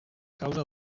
causa